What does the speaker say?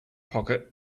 pocket